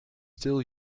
still